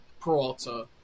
Peralta